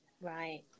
Right